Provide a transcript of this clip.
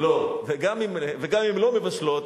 וגם אם לא מבשלות,